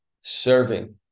serving